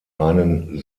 einen